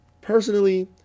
personally